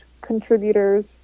contributors